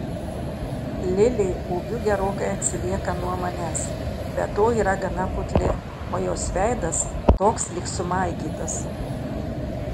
lilė ūgiu gerokai atsilieka nuo manęs be to yra gana putli o jos veidas toks lyg sumaigytas